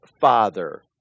father